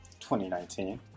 2019